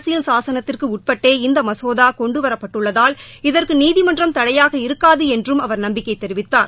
அரசியல் சாகனத்திற்கு உட்பட்டே இந்த மசோதா கொண்டுவரப் பட்டுள்ளதால் இதற்கு நீதிமன்றம் தடையாக இருக்காது என்றும் அவர் நம்பிக்கை தெரிவித்தார்